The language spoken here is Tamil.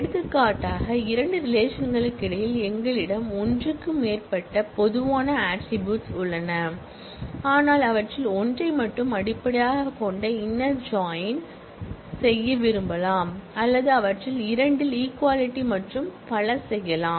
எடுத்துக்காட்டாக இரண்டு ரிலேஷன்களுக்கிடையில் எங்களிடம் ஒன்றுக்கு மேற்பட்ட பொதுவான ஆட்ரிபூட்ஸ் attributesகள் உள்ளன ஆனால் அவற்றில் ஒன்றை மட்டும் அடிப்படையாகக் கொண்ட இன்னர் ஜாயின் ஐ செய்ய விரும்பலாம் அல்லது அவற்றில் இரண்டில் ஈக்வாலிட்டி மற்றும் பல செய்யலாம்